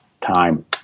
time